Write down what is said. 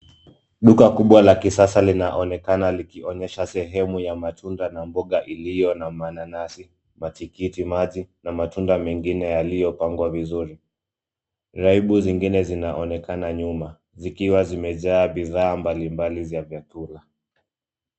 Duka kubwa la kisasa linaonekana likionyesha sehemu ya matunda na mboga iliyo na mananasi, matikitikiti maji na matunda mengine yaliyopangwa vizuri. Raibu zingine zinaonekana nyuma zikiwa zimejaa bidhaa mbalimbali za vyakula.